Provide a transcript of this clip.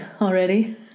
already